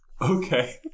Okay